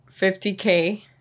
50K